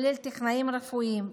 כולל טכנאים רפואיים,